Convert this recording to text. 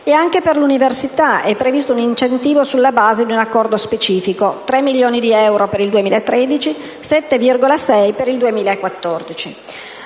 anche per l'Università è previsto un incentivo sulla base di un accordo specifico (3 milioni di euro per il 2013 e 7,6 per il 2014).